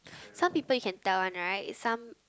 some people you can tell one right some